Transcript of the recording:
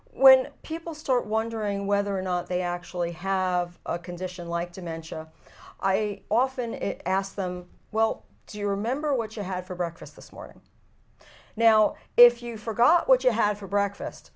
when people start wondering whether or not they actually have a condition like to mention i often ask them well do you remember what you had for breakfast this morning now if you forgot what you had for breakfast